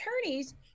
attorney's